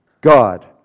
God